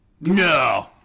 no